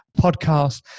podcast